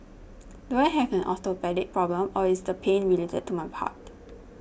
do I have an orthopaedic problem or is the pain related to my heart